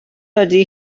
ydy